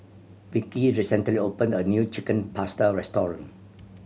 Vickie recently opened a new Chicken Pasta restaurant